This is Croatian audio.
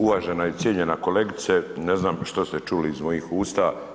Uvažena i cijenjena kolegice, ne znam što ste čuli iz mojih usta.